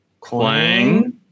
Clang